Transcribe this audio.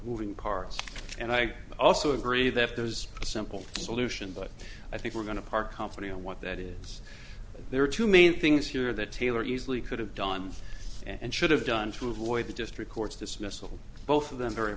moving parts and i also agree that if there was a simple solution but i think we're going to part company and what that is there are two main things here that taylor easily could have done and should have done to avoid the district court's dismissal both of them very